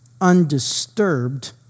undisturbed